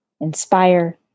inspire